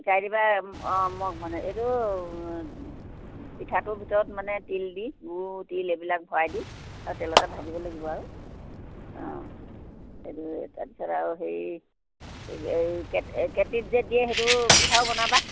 শিকাই দিবা অঁ মানে এইটো পিঠাটোৰ ভিতৰত মানে তিল দি গুড় তিল এইবিলাক ভৰাই দি আৰু তেলতে ভাজিব লাগিব আৰু অঁ সেইটো তাৰপিছত আৰু হেৰি এই কেটলিত দিয়ে যে সেইটো পিঠাও বনাবা